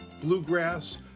bluegrass